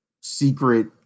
secret